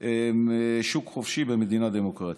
שוק חופשי במדינה דמוקרטית.